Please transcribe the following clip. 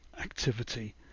activity